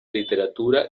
literatura